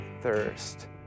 thirst